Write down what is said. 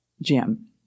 Jim